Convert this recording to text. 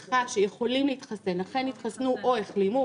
משפחתם שיכולים להתחסן אכן התחסנו או החלימו,